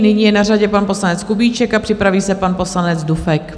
Nyní je na řadě pan poslanec Kubíček a připraví se pan poslanec Dufek.